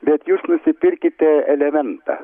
bet jūs nusipirkite elementą